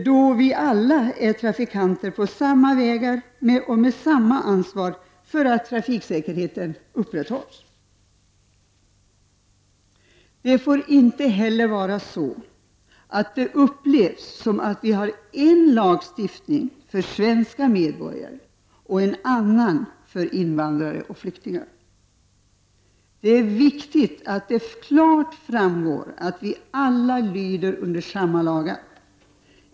Vi är alla trafikanter på samma vägar och med samma ansvar för att trafiksäkerheten upprätthålls. Det får inte heller vara så att det upplevs som att vi har en lagstiftning för svenska medborgare och en annan för invandrare och flyktingar. Det är viktigt att det klart framgår att vi alla lyder under samma lagar.